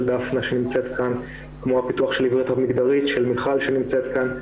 של דפנה שנמצאת כאן וכמו הפיתוח של כתב יד מגדרי של מיכל שנמצאת כאן,